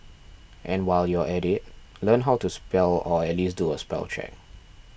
and while you're at it learn how to spell or at least do a spell check